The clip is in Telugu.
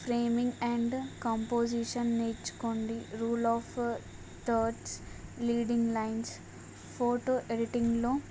ఫ్రేమింగ్ అండ్ కంపోజిషన్ నేర్చుకోండి rule of thirds leading lines photo ఎడిటింగ్లో